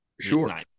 sure